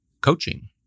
coaching